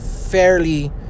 fairly